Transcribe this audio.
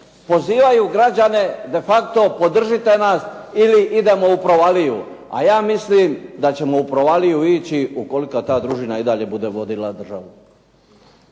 Pozivaju građane defacto podržite nas ili idemo u provaliju. A ja mislim da ćemo u provaliju ići ukoliko ta družina i dalje bude vodila državu.